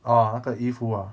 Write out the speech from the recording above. orh 那个衣服 ah